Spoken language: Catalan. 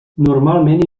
normalment